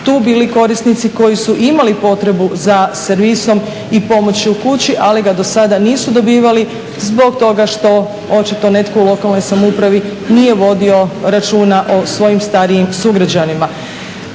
tu bili korisnici koji su imali potrebu za servisom i pomoći u kući, ali ga do sada nisu dobivali zbog toga što očito netko u lokalnoj samoupravi nije vodio računa o svojim starijim sugrađanima.